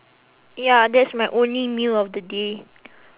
ya that's my only meal of the day